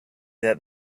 that